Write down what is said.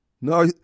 No